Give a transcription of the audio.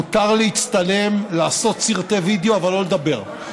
מותר להצטלם, לעשות סרטי וידיאו, אבל לא לדבר.